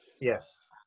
Yes